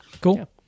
cool